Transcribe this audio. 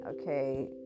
okay